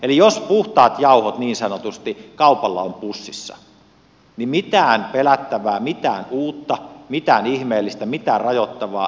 eli jos puhtaat jauhot niin sanotusti kaupalla on pussissa niin mitään pelättävää mitään uutta mitään ihmeellistä mitään rajoittavaa ei tapahdu